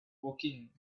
woking